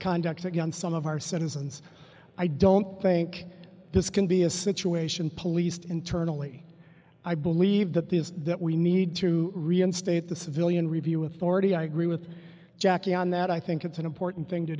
conduct against some of our citizens i don't think this can be a situation policed internally i believe that the is that we need to reinstate the civilian review with already i agree with jackie on that i think it's an important thing to